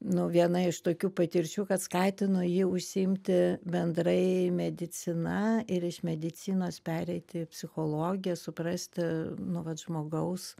nu viena iš tokių patirčių kad skatino jį užsiimti bendrai medicina ir iš medicinos pereiti į psichologiją suprasti nu vat žmogaus